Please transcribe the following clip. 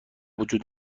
وجود